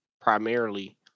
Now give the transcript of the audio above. primarily